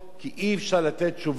כי אי-אפשר לתת תשובות,